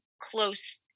close